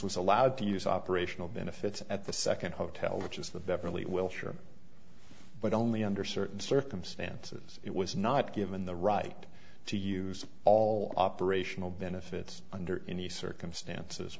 was allowed to use operational benefits at the second hotel which is the beverly wilshire but only under certain circumstances it was not given the right to use all operational benefits under any circumstances